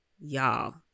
Y'all